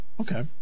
okay